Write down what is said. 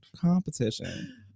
competition